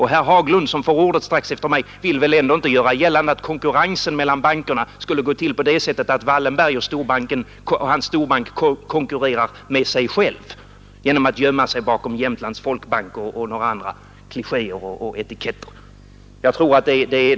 Herr Haglund, som får ordet strax efter mig, vill väl ändå inte göra gällande att konkurrensen mellan bankerna skulle gå till på det sättet att Wallenberg och hans storbank konkurrerar med sig själv genom att gömma sig bakom Jämtlands folkbank och några andra klichéer och etiketter.